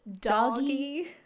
doggy